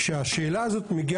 שגם יבואן יכול שהמזון שמיובא